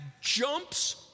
jumps